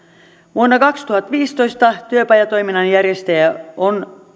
vuonna kaksituhattaviisitoista työpajatoiminnan järjestäjiä on